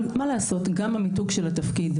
אבל כך גם המיתוג של התפקיד.